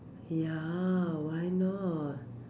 ya why not